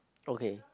okay